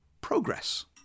progress